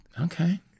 okay